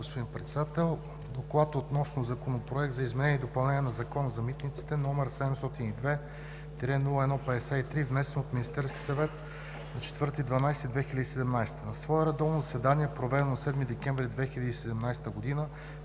„ДОКЛАД относно Законопроект за изменение и допълнение на Закона за митниците, № 702-01-53, внесен от Министерския съвет на 4 декември 2017 г. На свое редовно заседание, проведено на 7 декември 2017 г.,